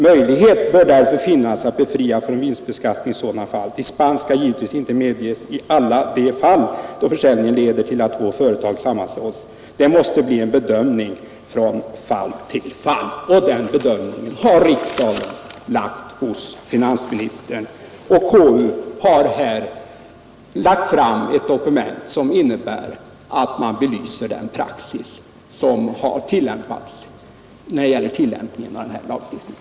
Möjlighet bör därför finnas att befrias från vinstbeskattning i sådana fall. Dispens skall givetvis inte medges i alla de fall då försäljning leder till att två företag sammanslås. Det måste bli en bedömning från fall till fall. Den bedömningen har riksdagen överlåtit åt finansministern att göra. Konstitutionsutskottet har lagt fram ett dokument som belyser praxis när det gäller tillämpningen av lagen.